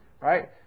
right